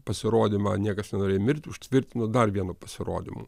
pasirodymą niekas nenorėjo mirt užtvirtino dar vienu pasirodymu